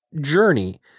journey